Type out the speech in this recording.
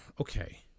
Okay